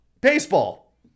baseball